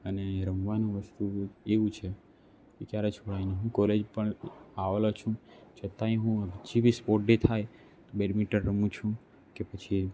અને રમવાનું વસ્તુ એવું છે જે જ્યારે છોડાય નહીં હું કોલેજ પણ આવેલો છું છતાય હું પછી બી સ્પોર્ટ્સ ડે થાય બેડમિન્ટન રમું છું કે પછી